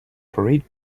parade